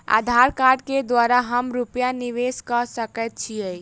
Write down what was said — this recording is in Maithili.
आधार कार्ड केँ द्वारा हम रूपया निवेश कऽ सकैत छीयै?